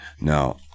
Now